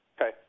Okay